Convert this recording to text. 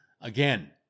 again